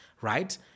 right